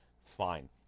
Fine